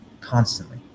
constantly